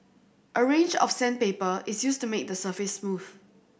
a range of sandpaper is used to make the surface smooth